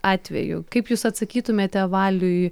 atveju kaip jūs atsakytumėte valiui